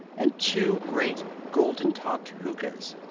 and two great golden-topped hookahs.